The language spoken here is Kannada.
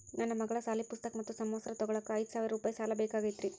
ನನ್ನ ಮಗಳ ಸಾಲಿ ಪುಸ್ತಕ್ ಮತ್ತ ಸಮವಸ್ತ್ರ ತೊಗೋಳಾಕ್ ಐದು ಸಾವಿರ ರೂಪಾಯಿ ಸಾಲ ಬೇಕಾಗೈತ್ರಿ